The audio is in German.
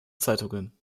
zeitungen